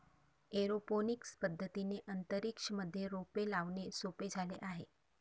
aeroponics पद्धतीने अंतरिक्ष मध्ये रोपे लावणे सोपे झाले आहे